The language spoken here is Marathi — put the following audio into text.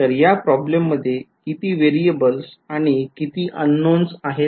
तर या प्रॉब्लेम मध्ये किती variables आणि किती unknowns आहेत